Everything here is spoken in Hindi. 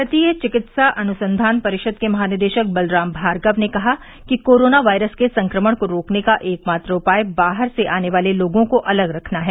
भारतीय चिकित्सा अनुसंधान परिषद के महानिदेशक बलराम भार्गव ने कहा कि कोरोना वायरस के संक्रमण को रोकने का एकमात्र उपाय बाहर से आने वाले लोगों को अलग रखना है